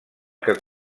que